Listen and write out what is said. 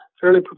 fairly